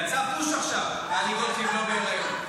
יצא פוש עכשיו: טלי גוטליב לא בהיריון.